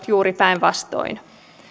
juuri päinvastoin